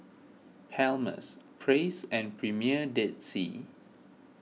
Palmer's Praise and Premier Dead Sea